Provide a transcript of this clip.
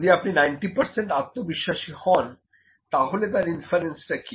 যদি আপনি 90 আত্মবিশ্বাসী হোন তাহলে তার ইনফারেন্স টা কি